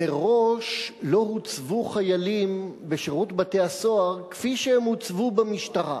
מראש לא הוצבו חיילים בשירות בתי-הסוהר כפי שהם הוצבו במשטרה,